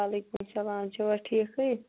وعلیکُم اسلام چھِو ٹھیٖکٕے